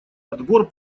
отбор